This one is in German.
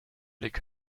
blick